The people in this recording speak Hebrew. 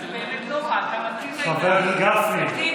חבר הכנסת גפני,